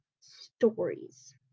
Stories